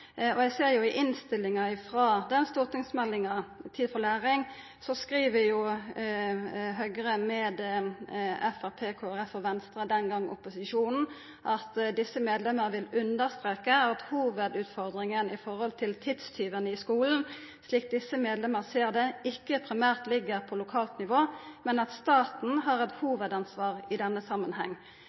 og regjeringa. Eg ser i innstillinga til stortingsmeldinga Tid til læring at Høgre saman med Framstegspartiet, Kristeleg Folkeparti og Venstre – den gongen opposisjonen – skriv: «Disse medlemmer vil understreke at hovedutfordringen i forhold til tidstyvene i skolen – slik disse medlemmer ser det – ikke primært ligger på lokalt nivå, men at staten har et hovedansvar i denne sammenheng.»